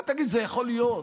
מה, תגיד, זה יכול להיות?